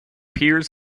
peers